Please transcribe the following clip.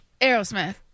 Aerosmith